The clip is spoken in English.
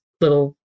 little